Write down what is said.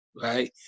right